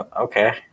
okay